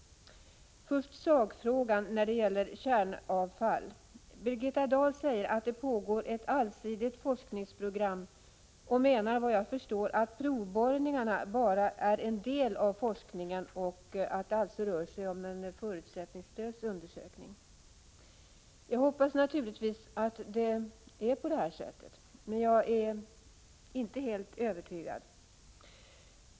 Först sakfrågan när det gäller kärnavfall. Birgitta Dahl säger att det pågår ett allsidigt forskningsprogram och menar, efter vad jag förstår, att provborrningarna bara är en del av forskningen och att det alltså rör sig om en förutsättningslös undersökning. Jag hoppas naturligtvis att det är så, men helt övertygad är jag inte.